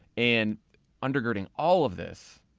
and undergirding all of this,